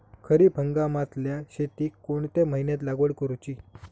खरीप हंगामातल्या शेतीक कोणत्या महिन्यात लागवड करूची?